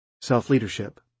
Self-leadership